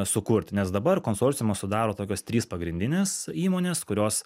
sukurti nes dabar konsorciumą sudaro tokios trys pagrindinės įmonės kurios